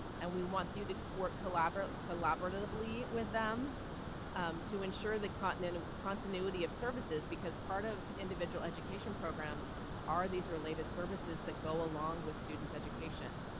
and we want you to work collaboratively collaboratively with them to ensure the continuity continuity of services because part of individual education programs are these related services that go along with students' education.